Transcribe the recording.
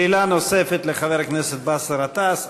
שאלה נוספת לחבר הכנסת באסל גטאס,